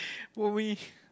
were we